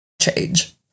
change